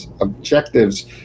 objectives